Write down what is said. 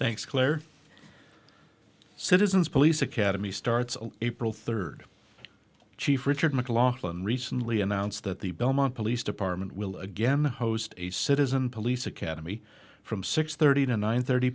thanks claire citizens police academy starts on april third chief richard mclaughlin recently announced that the belmont police department will again host a citizen police academy from six thirty to nine thirty